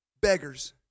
beggars